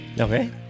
Okay